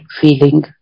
feeling